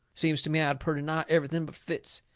seems to me i had purty nigh everything but fits.